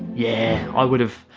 yeah i would have.